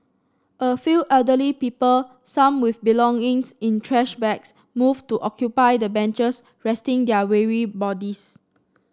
a few elderly people some with belongings in trash bags moved to occupy the benches resting their weary bodies